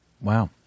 wow